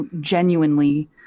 genuinely